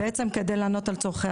כדי לענות על צרכי המשק.